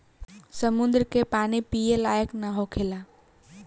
समुंद्र के पानी पिए लायक ना होखेला